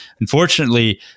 unfortunately